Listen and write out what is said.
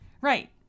Right